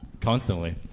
Constantly